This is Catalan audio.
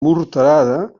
morterada